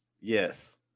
Yes